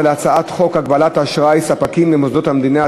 על הצעת חוק הגבלת אשראי ספקים למוסדות המדינה,